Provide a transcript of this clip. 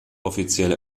offiziell